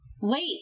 wait